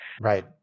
Right